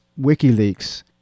WikiLeaks